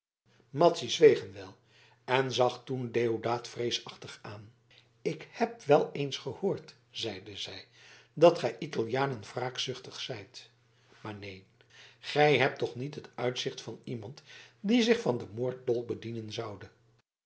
madzy zweeg een wijl en zag toen deodaat vreesachtig aan ik heb wel eens gehoord zeide zij dat gij italianen wraakzuchtig zijt maar neen gij hebt toch niet het uitzicht van iemand die zich van een moorddolk bedienen zoude